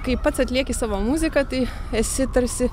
kai pats atlieki savo muziką tai esi tarsi